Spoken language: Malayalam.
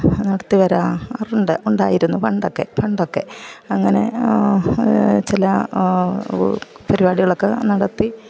നടത്തി വരാറുണ്ട് ഉണ്ടായിരുന്നു പണ്ടൊക്കെ പണ്ടൊക്കെ അങ്ങനെ ചില പരിപാടികളൊക്ക നടത്തി